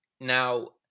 Now